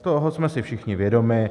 Toho jsme si všichni vědomi.